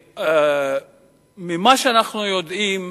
ממה שאנחנו יודעים,